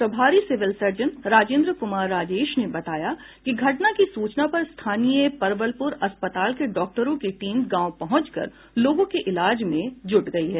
प्रभारी civil surgeon Rajendra Kumar Rajesh ने बताया कि घटना की सूचना पर स्थानीय परवलपुर अस्पताल के डॉक्टरों की टीम गांव पहुंच कर लोगों के इलाज में जुटी है